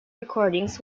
recordings